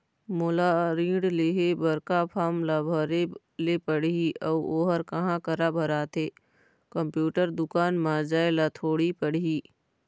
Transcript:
मोला ऋण लेहे बर का फार्म ला भरे ले पड़ही अऊ ओहर कहा करा भराथे, कंप्यूटर दुकान मा जाए ला थोड़ी पड़ही?